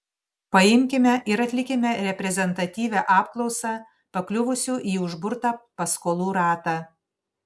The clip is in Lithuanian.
paimkime ir atlikime reprezentatyvią apklausą pakliuvusių į užburtą paskolų ratą